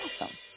Awesome